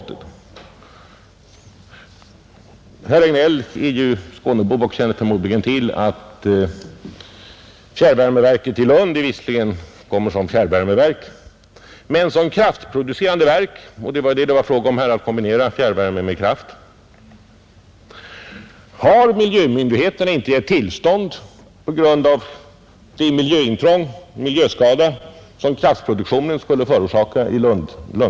Herr Regnéll är ju skånebo och känner förmodligen till att det i Lund visserligen kommer till stånd ett fjärrvärmeverk men att miljömyndigheterna, på grund av den miljöskada som skulle förorsakas, inte gett tillstånd till ett kraftproducerande verk. I herr Regnélls alternativ var det ju just fråga om att kombinera fjärrvärme med kraft.